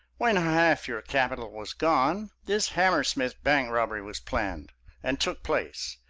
when half your capital was gone, this hammersmith bank robbery was planned and took place.